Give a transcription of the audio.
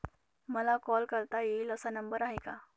मला कॉल करता येईल असा नंबर आहे का?